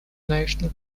national